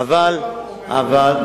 וש"ס לעולם עומדת.